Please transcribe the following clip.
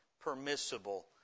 permissible